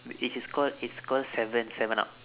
is is called it's call seven seven up